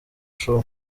show